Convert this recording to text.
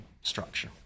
structure